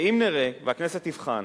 ואם נראה, והכנסת תבחן